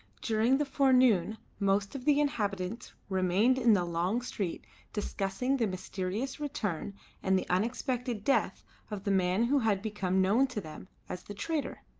during the forenoon most of the inhabitants remained in the long street discussing the mysterious return and the unexpected death of the man who had become known to them as the trader.